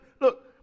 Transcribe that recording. look